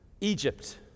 Egypt